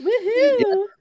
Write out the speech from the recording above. Woohoo